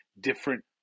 different